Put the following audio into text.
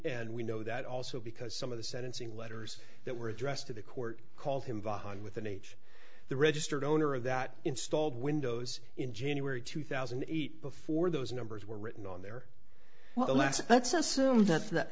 and we know that also because some of the sentencing letters that were addressed to the court called him behind with an age the registered owner of that installed windows in january two thousand and eight before those numbers were written on there well the last let's assume that